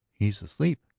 he is asleep,